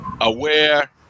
aware